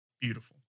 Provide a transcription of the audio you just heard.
Beautiful